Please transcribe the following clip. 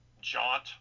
jaunt